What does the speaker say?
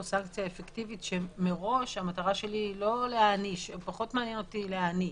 סנקציה אפקטיבית - פחות מעניין אותי להעניש.